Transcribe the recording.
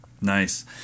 Nice